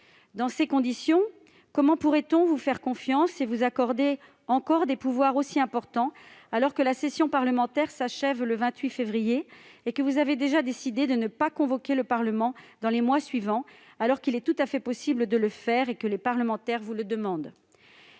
Dans ces conditions, comment pourrait-on vous faire confiance et vous accorder encore des pouvoirs aussi importants, alors que la session parlementaire s'achève le 28 février et que vous avez déjà décidé de ne pas convoquer le Parlement dans les mois suivants ? Pourtant, il est tout à fait possible de le faire si les parlementaires vous le demandent.